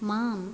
माम्